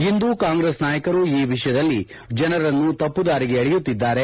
ಇಂದು Congress ನಾಯಕರು ಈ ವಿಷಯದಲ್ಲಿ ಜನರನ್ನು ತಪ್ಪು ದಾರಿಗೆ ಎಳೆಯುತ್ತಿದ್ದಾರೆ